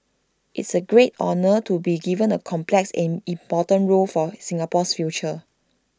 it's A great honour to be given A complex and important role for Singapore's future